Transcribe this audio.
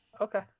Okay